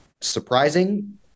surprising